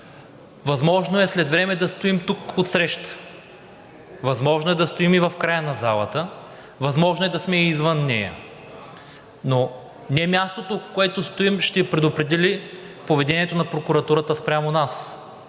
Възможно е след време да стоим тук отсреща, възможно е да стоим и в края на залата, възможно е и да сме извън нея. Но не мястото, в което стоим, ще предопредели поведението на прокуратурата спрямо нас,